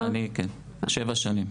שבע שנים.